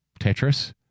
Tetris